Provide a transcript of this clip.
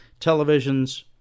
televisions